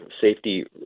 safety